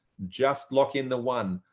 just lock in the one.